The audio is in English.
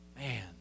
Man